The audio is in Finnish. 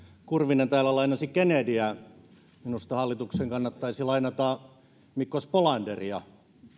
kurvinen täällä lainasi kennedyä minusta hallituksen kannattaisi lainata mikko spolanderia